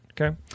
Okay